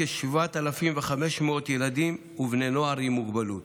לכ-7,500 ילדים ובני נוער עם מוגבלות.